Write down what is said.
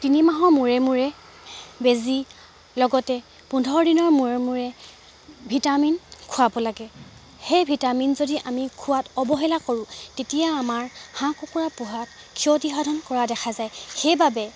তিনিমাহৰ মূৰে মূৰে বেজী লগতে পোন্ধৰ দিনৰ মূৰে মূৰে ভিটামিন খুৱাব লাগে সেই ভিটামিন যদি আমি খোৱাত অৱহেলা কৰোঁ তেতিয়া আমাৰ হাঁহ কুকুৰা পোহাত ক্ষতিসাধন কৰা দেখা যায় সেইবাবে